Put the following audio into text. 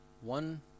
One